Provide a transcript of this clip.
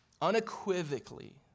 unequivocally